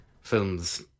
films